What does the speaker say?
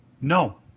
No